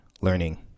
learning